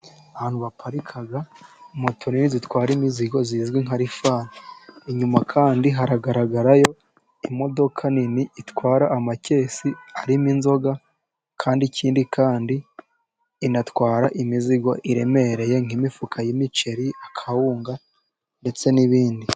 Ahantu baparika moto nini zitwara imizigo zizwi nka rifani, inyuma kandi haragaragarayo imodoka nini itwara amakesi arimo inzoga, ikindi kandi inatwara imizigo iremereye nk'imifuka y'imiceri, akawunga, ndetse n'ibindi.